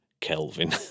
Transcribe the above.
Kelvin